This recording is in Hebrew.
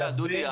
דודי,